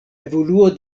evoluo